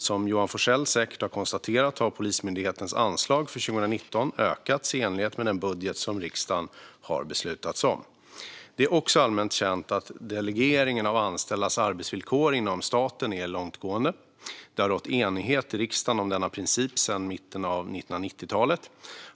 Som Johan Forssell säkert har konstaterat har Polismyndighetens anslag för 2019 ökats i enlighet med den budget som riksdagen har beslutat om. Det är också allmänt känt att delegeringen av anställdas arbetsvillkor inom staten är långtgående. Det har rått enighet i riksdagen om denna princip sedan mitten av 1990-talet.